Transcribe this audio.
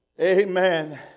Amen